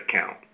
account